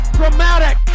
dramatic